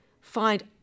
find